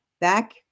back